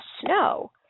Snow